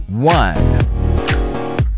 one